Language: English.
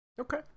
Okay